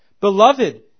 Beloved